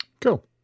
Cool